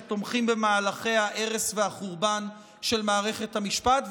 שתומכים במהלכי ההרס והחורבן של מערכת המשפט,